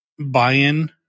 buy-in